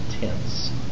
tense